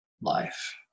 life